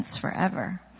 forever